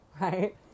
right